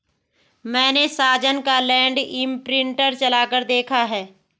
मैने साजन का लैंड इंप्रिंटर चलाकर देखा है